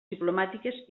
diplomàtiques